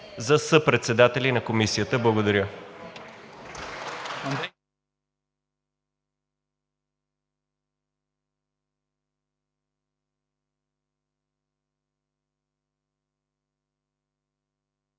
за съпредседатели на Комисията. Благодаря.